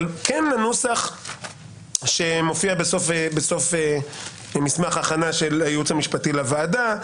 כן הנוסח שמופיע עם מסמך ההכנה של הייעוץ המשפטי לוועדה,